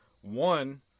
One